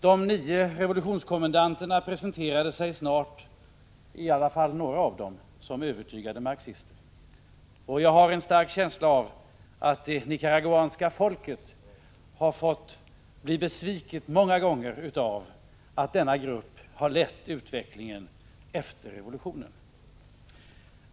De nio revolutionskommendanterna presenterade sig snart — i alla fall några av dem — som övertygade marxister. Jag har en stark känsla av att det nicaraguanska folket många gånger har varit besviket över att denna grupp har lett utvecklingen efter revolutionen.